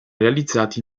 realizzati